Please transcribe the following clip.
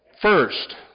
first